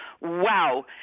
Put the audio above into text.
Wow